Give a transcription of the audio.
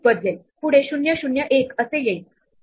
आणि त्यातील काही शेजारी या पिवळ्या शेजार्यांसोबत ओव्हरलॅप होत आहे